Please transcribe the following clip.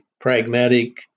pragmatic